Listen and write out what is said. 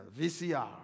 VCR